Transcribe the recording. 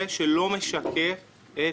לא משקף את